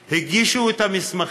היו בלשכה בחדרה, הגישו את המסמכים,